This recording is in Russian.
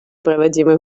проводимой